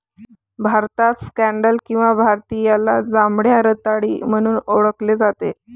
भारतात स्कँडल किंवा भारतीयाला जांभळ्या रताळी म्हणून ओळखले जाते